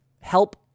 help